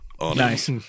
Nice